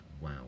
wow